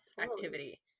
activity